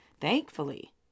Thankfully